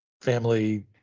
family